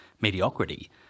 mediocrity